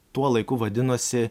tuo laiku vadinosi